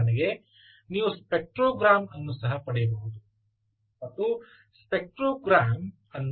ಉದಾಹರಣೆಗೆ ನೀವು ಸ್ಪೆಕ್ಟ್ರೋಗ್ರಾಮ್ ಅನ್ನು ಸಹ ಪಡೆಯಬಹುದು ಮತ್ತು ಸ್ಪೆಕ್ಟ್ರೋಗ್ರಾಮ್ ಅನ್ನು ನಿರೂಪಿಸಬಹುದು